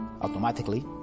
automatically